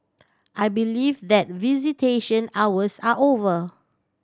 I believe that visitation hours are over